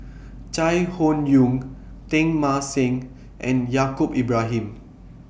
Chai Hon Yoong Teng Mah Seng and Yaacob Ibrahim